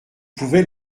pouvait